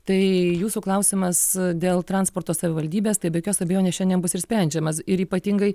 tai jūsų klausimas dėl transporto savivaldybės tai be jokios abejonės šiandien bus ir išsprendžiamas ir ypatingai